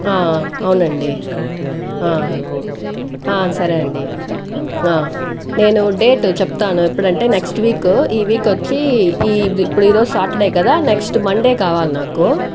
ఆ అవునండి ఆ ఆ సరే అండి ఆ నేను డేట్ చెప్తాను ఎప్పుడంటే నెక్స్ట్ వీక్ ఈ వీక్ వచ్చి ఇ ఇప్పుడు ఈరోజు సాటర్డే కదా నెక్స్ట్ మండే కావాలి నాకు